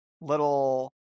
little